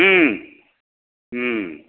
Om Om